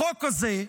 החוק הזה,